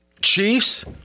Chiefs